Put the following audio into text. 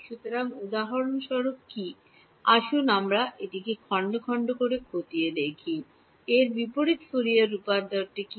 সুতরাং উদাহরণস্বরূপ কী আসুন আমরা খণ্ড খণ্ড খতিয়ে দেখি এর বিপরীত ফুরিয়ার রূপান্তরটি কী